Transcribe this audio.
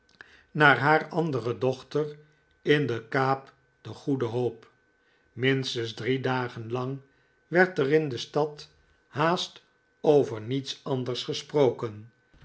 naar haar andere dochter in de kaap de goede hoop minstens drie dagen lang werd er in de stad haast over niets anders gesproken